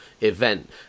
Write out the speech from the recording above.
event